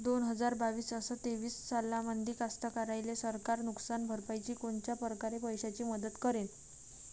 दोन हजार बावीस अस तेवीस सालामंदी कास्तकाराइले सरकार नुकसान भरपाईची कोनच्या परकारे पैशाची मदत करेन?